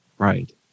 Right